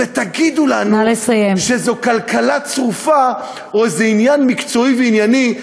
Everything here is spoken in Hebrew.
ותגידו לנו שזו כלכלה צרופה או איזה עניין מקצועי וענייני,